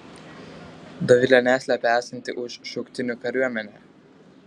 dovilė neslepia esanti už šauktinių kariuomenę